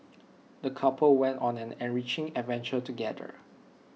the couple went on an enriching adventure together